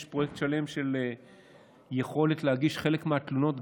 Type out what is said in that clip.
יש פרויקט שלם של יכולת להגיש חלק מהתלונות,